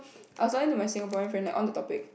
I was talking to my Singaporean friend on the topic